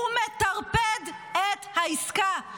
הוא מטרפד את העסקה.